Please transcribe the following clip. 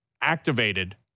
activated